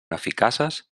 eficaces